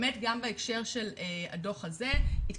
ובאמת גם בהקשר של הדו"ח הזה התקיים